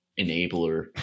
enabler